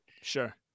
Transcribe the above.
Sure